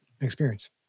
experience